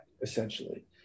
essentially